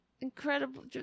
Incredible